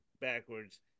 backwards